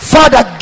Father